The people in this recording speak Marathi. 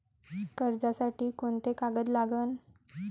कर्जसाठी कोंते कागद लागन?